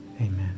Amen